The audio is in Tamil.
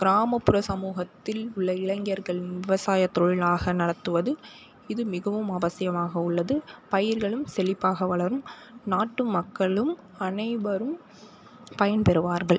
கிராமப்புற சமூகத்தில் உள்ள இளைஞர்கள் விவசாயத் தொழிலாக நடத்துவது இது மிகவும் அவசியமாக உள்ளது பயிர்களும் செழிப்பாக வளரும் நாட்டு மக்களும் அனைவரும் பயன்பெறுவார்கள்